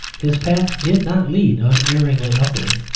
his path did not lead unerringly upward.